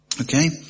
Okay